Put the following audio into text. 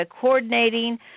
coordinating